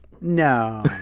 No